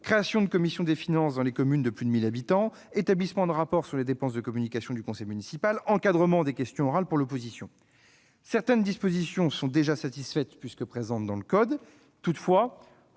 création de commissions des finances dans les communes de plus de 1 000 habitants, établissement de rapports sur les dépenses de communication du conseil municipal, encadrement des questions orales pour l'opposition. Certaines dispositions, déjà présentes dans le code, sont